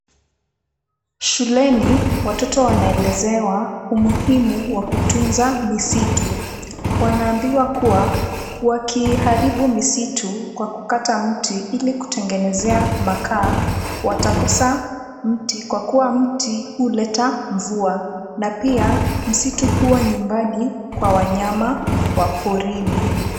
Shuleni, watoto wanaelezewa umuhimu wa kutunza misitu, wanaambiwa kuwa wakiharibu misitu kwa kukata miti ili kutengenezea makaa, watakosa miti kwa kuwa miti huleta mvua, na pia msitu huwa nyumbani kwa wanyama wa porini.